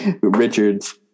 Richards